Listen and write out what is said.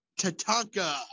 Tatanka